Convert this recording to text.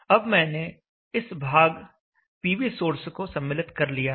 अब मैंने इस भाग पीवी सोर्स को सम्मिलित कर लिया है